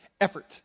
Effort